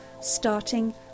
starting